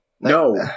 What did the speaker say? no